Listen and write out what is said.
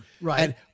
Right